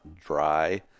dry